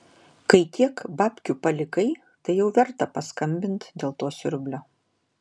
kai tiek babkių palikai tai jau verta paskambint dėl to siurblio